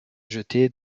jeter